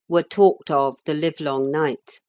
were talked of the livelong night.